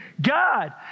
God